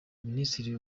minisitiri